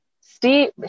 Steve